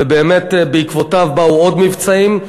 ובאמת בעקבותיו באו עוד מבצעים.